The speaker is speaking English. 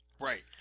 Right